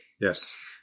yes